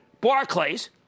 Barclays